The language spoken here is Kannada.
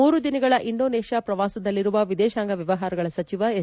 ಮೂರು ದಿನಗಳ ಇಂಡೋನೇಷ್ಯಾ ಪ್ರವಾಸದಲ್ಲಿರುವ ವಿದೇಶಾಂಗ ವ್ಯವಹಾರಗಳ ಸಚಿವ ಎಸ್